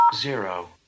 Zero